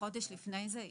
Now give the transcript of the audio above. חודש לפני זה איתו,